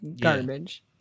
garbage